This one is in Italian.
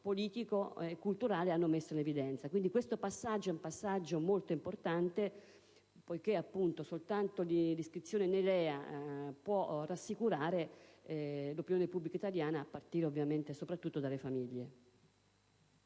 politico e culturale, hanno messo in evidenza. Quindi questo è un passaggio molto importante, poiché soltanto l'iscrizione nei LEA può rassicurare l'opinione pubblica italiana, a partire ovviamente soprattutto dalle famiglie.